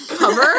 Cover